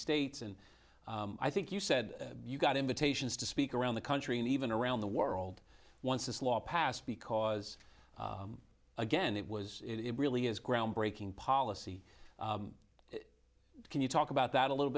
states and i think you said you got invitations to speak around the country and even around the world once this law passed because again it was it really is groundbreaking policy can you talk about that a little